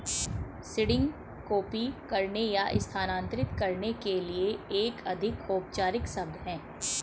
seeding copy करने या स्थानांतरित करने के लिए एक अधिक औपचारिक शब्द है